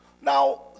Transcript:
Now